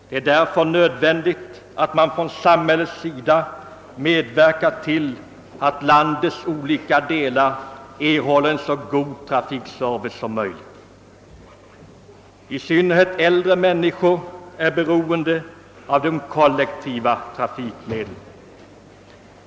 Det är därför nödvändigt att man från samhällets sida medverkar till att landets olika delar erhåller en så god trafikservice som möjligt. I synnerhet äldre människor är beroende av de kollektiva trafikmedlen.